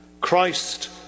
Christ